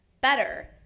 better